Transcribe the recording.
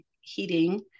heating